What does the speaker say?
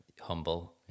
humble